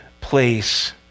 place